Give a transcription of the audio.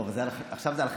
טוב, עכשיו זה על חשבוני.